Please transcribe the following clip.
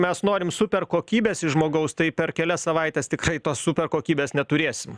mes norim super kokybės iš žmogaus tai per kelias savaites tikrai tos super kokybės neturėsim